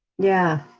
yeah,